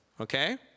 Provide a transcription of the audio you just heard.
Okay